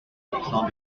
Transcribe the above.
absent